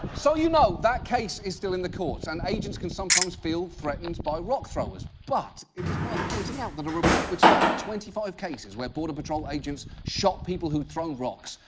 so you know, that case is still in the courts. and agents can sometimes feel threatened by rock throwers, but it is worth pointing out that a report which looked at twenty five cases where border patrol agents shot people who'd thrown rocks,